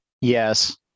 Yes